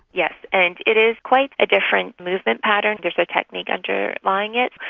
yes. and it is quite a different movement pattern. there is a technique underlying it.